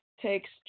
takes